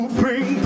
bring